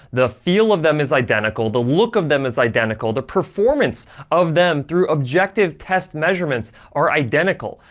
the feel of them is identical, the look of them is identical, the performance of them through objective test measurements are identical.